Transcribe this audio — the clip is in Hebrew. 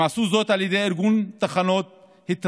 הם עשו זאת על ידי ארגון תחנות התרעננות.